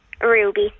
Ruby